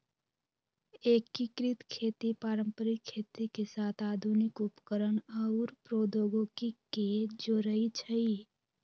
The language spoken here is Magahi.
एकीकृत खेती पारंपरिक खेती के साथ आधुनिक उपकरणअउर प्रौधोगोकी के जोरई छई